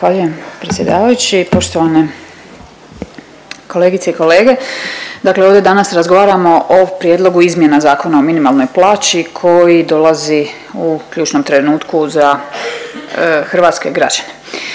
predsjedavajući. Poštovane kolegice i kolege, dakle ovdje danas razgovaramo o prijedlogu izmjena Zakona o minimalnoj plaći koji dolazi u ključnom trenutku za hrvatske građane.